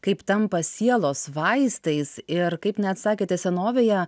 kaip tampa sielos vaistais ir kaip net sakėte senovėje